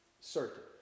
certain